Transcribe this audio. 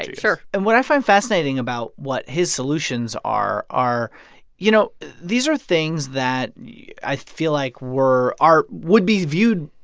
sure and what i find fascinating about what his solutions are, are you know, these are things that yeah i feel like were are would be viewed,